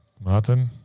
Martin